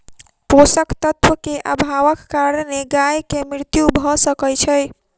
पोषक तत्व के अभावक कारणेँ गाय के मृत्यु भअ सकै छै